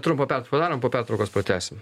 trumpą pertrauką padarom po pertraukos pratęsime